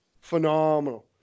Phenomenal